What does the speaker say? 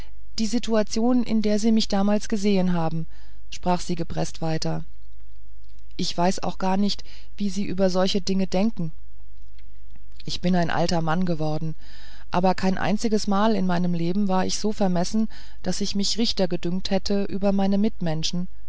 die situation in der sie mich damals gesehen haben sprach sie gepreßt weiter ich weiß auch gar nicht wie sie über solche dinge denken ich bin ein alter mann geworden aber kein einziges mal in meinem leben war ich so vermessen daß ich mich richter gedünkt hätte über meine mitmenschen